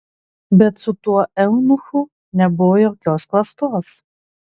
bet su tuo eunuchu nebuvo jokios klastos